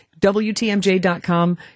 WTMJ.com